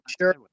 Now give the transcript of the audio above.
sure